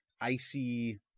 icy